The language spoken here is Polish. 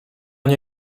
nie